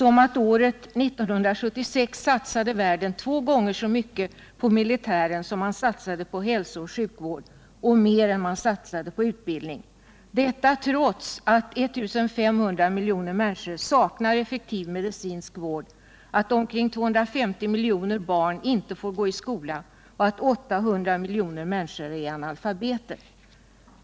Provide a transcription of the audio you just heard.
År 1976 satsade världen två gånger så mycket på militären som man satsade på hälsooch sjukvård och mer än man satsade på utbildning. Detta trots att 1500 miljoner människor saknar effektiv medicinsk vård, att omkring 250 miljoner barn inte får gå i skola och att 800 miljoner människor är analfabeter.